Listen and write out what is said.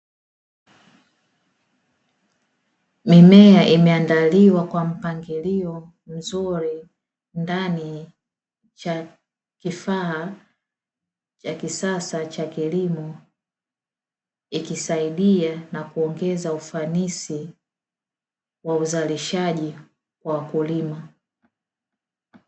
Mimea imeandaliwa kwa mpangilio mzuri ndani ya vifaa vya kisasa cha kilimo, ikisaidia na kuongeza ufanisi wa uzalishaji wa wakulima